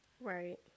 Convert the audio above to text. Right